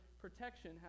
protection